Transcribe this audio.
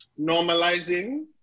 normalizing